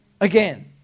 again